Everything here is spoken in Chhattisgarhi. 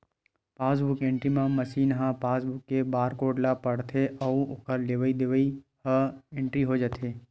पासबूक एंटरी मसीन ह पासबूक के बारकोड ल पड़थे अउ ओखर लेवई देवई ह इंटरी हो जाथे